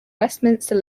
westminster